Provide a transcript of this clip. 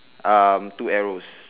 um two arrows